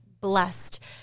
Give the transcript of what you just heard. blessed